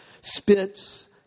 spits